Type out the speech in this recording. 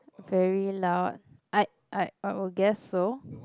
very loud I I I would guess so